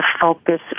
focus